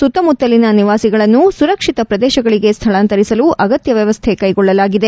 ಸುತ್ತಮುತ್ತಲಿನ ನಿವಾಸಿಗಳನ್ನು ಸುರಕ್ಷಿತ ಪ್ರದೇಶಗಳಿಗೆ ಸ್ವಳಾಂತರಿಸಲು ಅಗತ್ಯ ವ್ಲವಸ್ಥೆ ಕ್ಕೆಗೊಳ್ಳಲಾಗಿದೆ